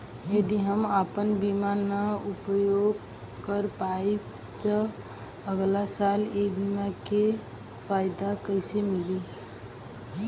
यदि हम आपन बीमा ना उपयोग कर पाएम त अगलासाल ए बीमा के फाइदा कइसे मिली?